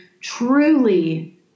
truly